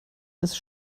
ist